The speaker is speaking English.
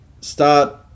start